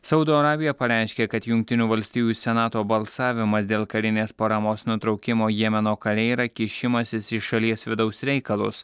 saudo arabija pareiškė kad jungtinių valstijų senato balsavimas dėl karinės paramos nutraukimo jemeno kare yra kišimasis į šalies vidaus reikalus